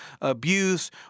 abuse